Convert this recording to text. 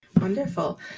Wonderful